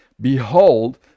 Behold